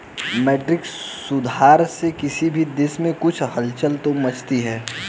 मौद्रिक सुधार से किसी भी देश में कुछ हलचल तो मचती है